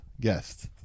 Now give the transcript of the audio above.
guest